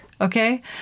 okay